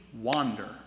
wander